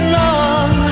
long